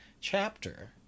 chapter